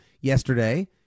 yesterday